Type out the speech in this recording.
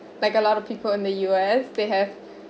like a lot of people in the U_S they have